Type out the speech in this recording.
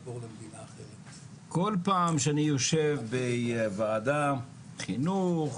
כל פעם שאני יושב בוועדת חינוך,